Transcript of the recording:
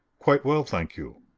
quite well, thank you.